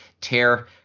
tear